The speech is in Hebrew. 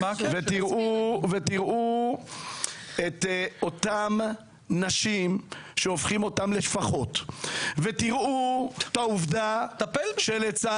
-- תראו את אותן נשים שהופכים אותן לשפחות -- אז תטפל בזה.